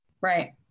right